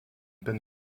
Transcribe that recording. peine